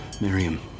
Miriam